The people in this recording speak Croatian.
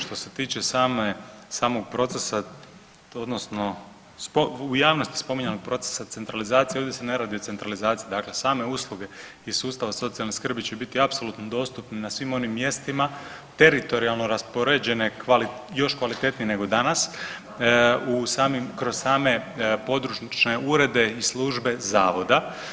Što se tiče samog procesa odnosno u javnosti spominjanog procesa centralizacije, ovdje se ne radi o centralizaciji dakle same usluge iz sustava socijalne skrbi će biti apsolutno dostupne na svim onim mjestima teritorijalno raspoređene još kvalitetnije nego danas kroz same područne urede i službe zavoda.